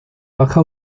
baja